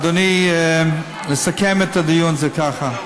אדוני, לסכם את הדיון זה ככה.